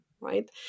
right